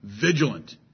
vigilant